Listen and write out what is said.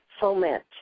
foment